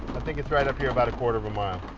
think it's right up here about a quarter of a mile.